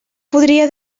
podria